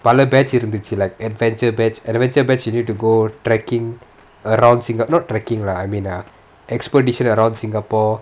எல்லா:ellaa badge இருந்துச்சி:irunthuchi like adventure badge you need to go trekking around singa~ not trekking lah I mean err expedition around singapore